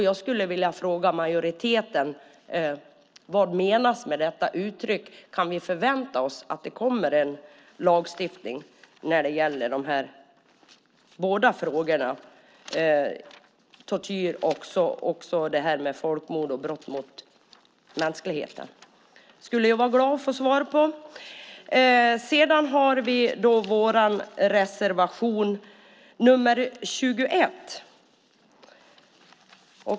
Jag skulle vilja fråga majoriteten vad som menas med detta uttryck. Kan vi förvänta oss att det kommer en lagstiftning i dessa båda frågor, det vill säga tortyr samt folkmord och brott mot mänskligheten? Jag skulle bli glad om jag kunde få svar på det. Sedan har vi reservation nr 21.